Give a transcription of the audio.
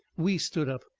we stood up,